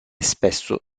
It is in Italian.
spesso